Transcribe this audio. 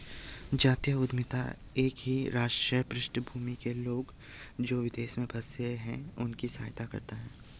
जातीय उद्यमिता एक ही राष्ट्रीय पृष्ठभूमि के लोग, जो विदेश में बसे हैं उनकी सहायता करता है